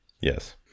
yes